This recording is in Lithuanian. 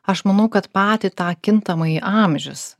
aš manau kad patį tą kintamąjį amžius